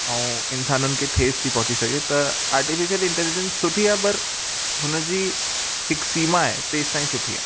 ऐं इन्साननि खे ठेस थी पहुंची सघे त आर्टिफिशल इंटेलीजेंस सुठी आहे पर हुनजी हिकु सीमा आहे तेसि ताईं सुठी आहे